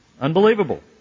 Unbelievable